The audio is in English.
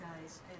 guys